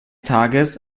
tages